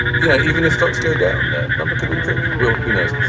you know, even as stocks go down, the number could improve. well, who knows?